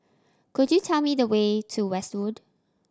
could you tell me the way to Westwood